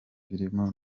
birimo